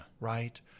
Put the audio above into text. right